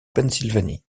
pennsylvanie